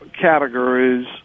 categories